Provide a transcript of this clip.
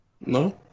No